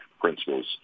principles